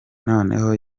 noneho